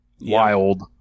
wild